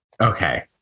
Okay